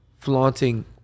flaunting